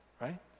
right